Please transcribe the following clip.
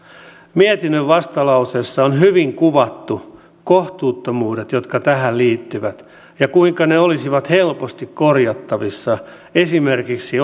mietinnön vastalauseessa on hyvin kuvattu kohtuuttomuudet jotka tähän liittyvät ja se kuinka ne olisivat helposti korjattavissa esimerkiksi